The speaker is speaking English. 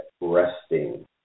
resting